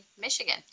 Michigan